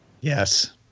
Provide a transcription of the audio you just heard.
Yes